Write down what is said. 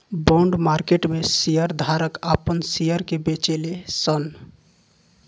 bond market में share धारक आपन शेयर के बेचेले सन